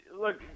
look